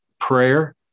prayer